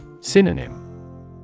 Synonym